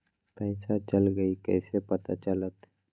पैसा चल गयी कैसे पता चलत?